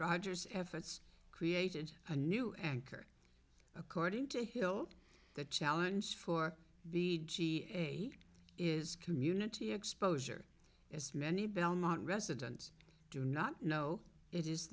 rodgers efforts created a new anchor according to hill the challenge for the g eight is community exposure as many belmont residents do not know it is